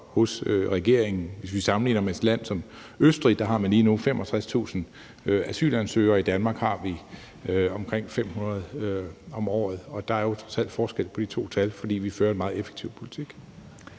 Hvis vi sammenligner med et land som Østrig, har man der lige nu 65.000 asylansøgere, og i Danmark har vi omkring 500 om året. Og der er jo trods alt forskel på de to tal, fordi vi fører en meget effektiv politik.